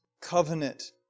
covenant